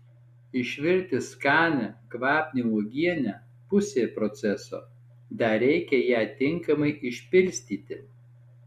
išvirti skanią kvapnią uogienę pusė proceso dar reikia ją tinkamai išpilstyti